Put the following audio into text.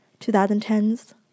2010s